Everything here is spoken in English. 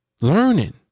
Learning